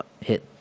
hit